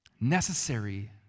Necessary